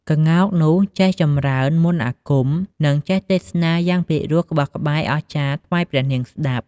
ក្ងោកនោះចេះចម្រើនមន្ដអាគម និងចេះទេសនាយ៉ាងពិរោះក្បោះក្បាយអស្ចារ្យថ្វាយព្រះនាងស្ដាប់។